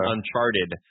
Uncharted